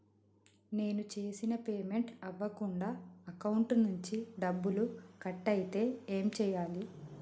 నేను చేసిన పేమెంట్ అవ్వకుండా అకౌంట్ నుంచి డబ్బులు కట్ అయితే ఏం చేయాలి?